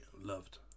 loved